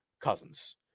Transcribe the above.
Cousins